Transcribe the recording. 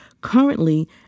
currently